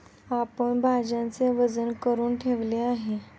आपण भाज्यांचे वजन करुन ठेवले आहे